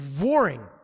roaring